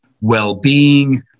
well-being